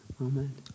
Amen